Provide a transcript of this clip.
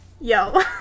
yo